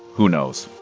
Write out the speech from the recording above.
who knows.